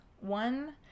One